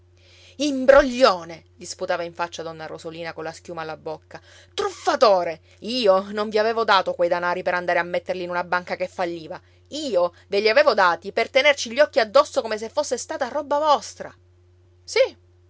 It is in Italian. imbroglione gli sputava in faccia donna rosolina colla schiuma alla bocca truffatore io non vi avevo dato quei denari per andare a metterli in una banca che falliva io ve li avevo dati per tenerci gli occhi addosso come se fosse stata roba vostra sì